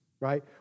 right